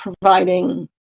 providing